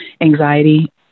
Anxiety